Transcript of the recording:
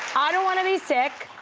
i don't want to be sick,